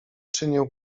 czynił